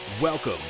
Welcome